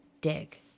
dig